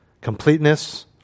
completeness